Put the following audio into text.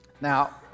Now